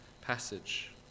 passage